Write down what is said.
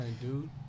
dude